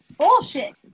Bullshit